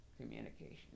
communication